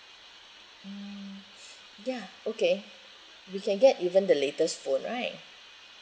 mm ya okay you can get even the latest phone right